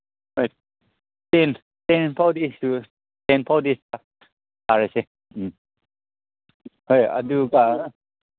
ꯍꯣꯏ ten ten ꯐꯥꯎꯗꯤ ten ꯐꯥꯎꯗꯤ ꯁꯥꯔꯁꯦ ꯎꯝ ꯍꯣꯏ ꯑꯗꯨꯒ